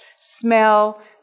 smell